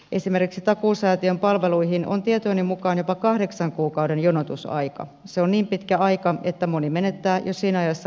esimeriksi takuu säätiön palveluihin on tietojeni mukaan jopa kahdeksan kuukauden jonotusaika se on niin pitkä aika että moni menettää siinä iässä